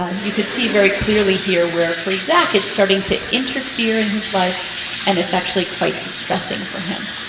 ah you could see very clearly here where for zack, it's starting to interfere in his life and it's actually quite distressing for him.